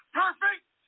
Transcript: perfect